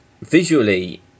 Visually